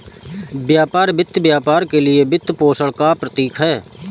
व्यापार वित्त व्यापार के लिए वित्तपोषण का प्रतीक है